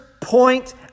point